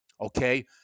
okay